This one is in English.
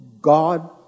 God